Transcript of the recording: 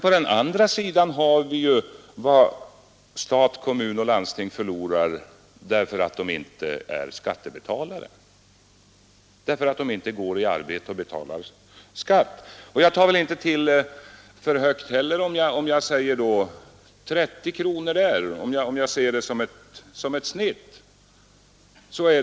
På den andra sidan har vi vad stat, kommun och landsting förlorar genom att de arbetslösa inte deltar i arbete och betalar skatt. Jag tar väl inte till för mycket om jag anger förlusten till 30 kronor per dag såsom ett genomsnitt.